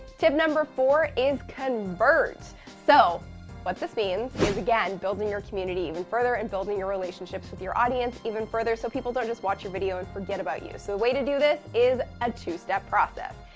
tip number four is, convert. so what this means is, again, building your community even further and building your relationships with your audience even further so people don't just watch your video and forget about you. so way to do this is a two step process.